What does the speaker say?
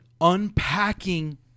unpacking